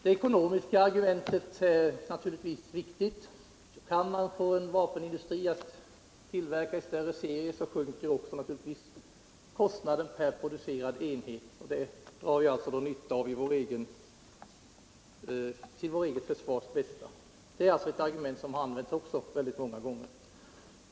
Det ekonomiska argumentet är naturligtvis viktigt. Kan man få en vapenindustri att tillverka i större serier, sjunker givetvis kostnaderna per producerad enhet, och det drar vi nytta av till vårt eget försvars bästa. Det är ett argument som också har använts många gånger.